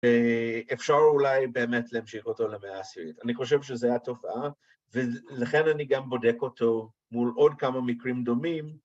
אפשר אולי באמת להמשיך אותו למאה העשירית, אני חושב שזו הייתה תופעה ולכן אני גם בודק אותו מול עוד כמה מקרים דומים.